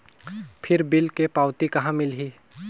फिर बिल के पावती कहा मिलही?